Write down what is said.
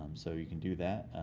um so you can do that.